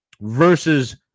versus